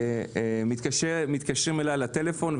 התקשרו אלי לטלפון,